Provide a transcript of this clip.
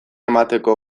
emateko